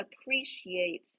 appreciate